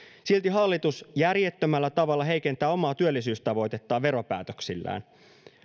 silti hallitus järjettömällä tavalla heikentää omaa työllisyystavoitettaan veropäätöksillään